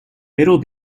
it’ll